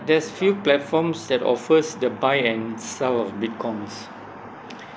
there's few platforms that offers the buy and sell of Bitcoins